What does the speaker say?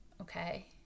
Okay